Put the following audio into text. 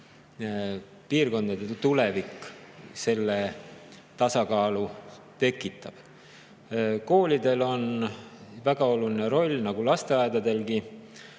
piirkondades selle tasakaalu tekitab. Koolidel on väga oluline roll nagu lasteaedadelgi.